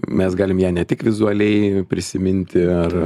mes galim ją ne tik vizualiai prisiminti ar